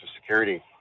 security